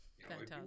Fantastic